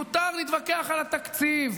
מותר להתווכח על התקציב,